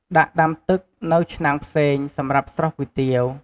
ដាក់ដាំទឹក នៅឆ្នាំងផ្សេង សម្រាប់ស្រុះគុយទាវ។